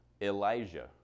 Elijah